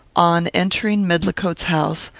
on entering medlicote's house,